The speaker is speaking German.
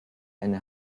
eine